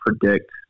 predict